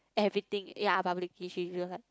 everything ya publicly she will be like